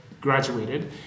graduated